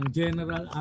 general